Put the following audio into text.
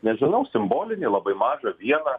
nežinau simbolinį labai mažą vieną